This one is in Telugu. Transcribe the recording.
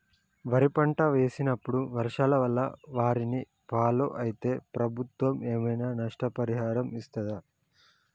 వరి పంట వేసినప్పుడు వర్షాల వల్ల వారిని ఫాలో అయితే ప్రభుత్వం ఏమైనా నష్టపరిహారం ఇస్తదా?